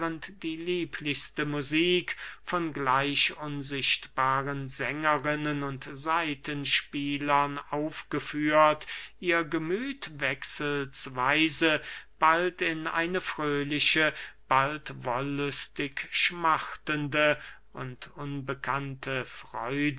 die lieblichste musik von gleich unsichtbaren sängerinnen und saitenspielern aufgeführt ihr gemüth wechselsweise bald in eine fröhliche bald wollüstig schmachtende und unbekannte freuden